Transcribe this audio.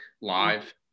live